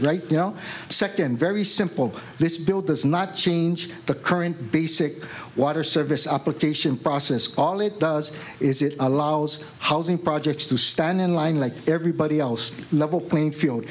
know second very simple this bill does not change the current basic water service application process all it does is it allows housing projects to stand in line like everybody else level playing field